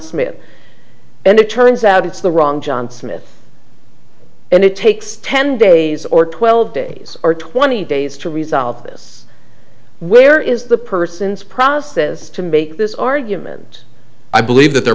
smith and it turns out it's the wrong john smith and it takes ten days or twelve days or twenty days to resolve this where is the person's process to make this argument i believe that the